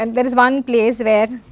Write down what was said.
and but is one place where